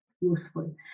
useful